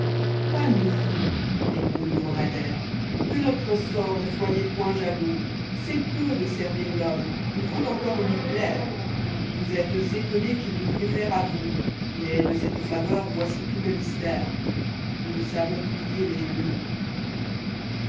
ami répond lé drpmadâirë r ce notre sorti ne soyez point jaloux c'est peu de servir l'hparm'è il faut encor lui plaire vous êtes étonné quil nous préfère à vous mais de cette faveur voici tout le mystère nous sayons plier lès